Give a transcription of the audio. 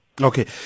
Okay